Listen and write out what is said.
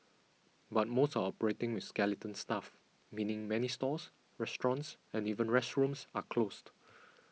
but most are operating with skeleton staff meaning many stores restaurants and even restrooms are closed